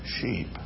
sheep